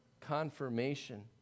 confirmation